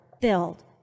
filled